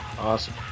awesome